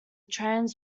trans